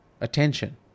Attention